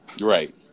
Right